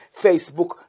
Facebook